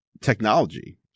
technology